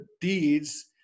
deeds